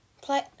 Play